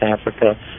Africa